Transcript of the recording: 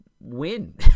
win